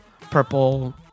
purple